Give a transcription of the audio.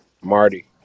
Marty